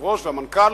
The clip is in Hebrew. היושב-ראש והמנכ"ל,